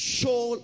Show